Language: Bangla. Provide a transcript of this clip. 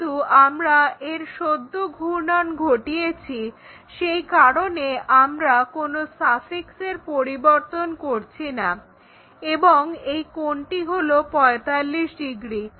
যেহেতু আমরা এর সদ্য ঘূর্ণন ঘটিয়েছি সেই কারণে আমরা কোনো সাফিক্সের পরিবর্তন করছি না এবং এই কোণটি হলো 45 ডিগ্রি